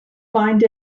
find